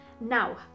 Now